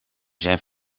zijn